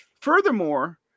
Furthermore